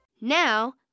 Now